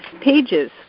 pages